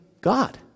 God